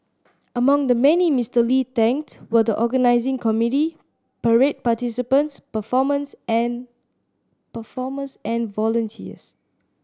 among the many Mister Lee thanked were the organising committee parade participants performers and performers and volunteers